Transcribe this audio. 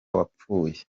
wapfuye